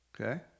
okay